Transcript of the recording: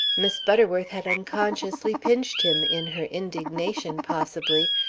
miss butterworth had unconsciously pinched him, in her indignation, possibly,